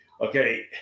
Okay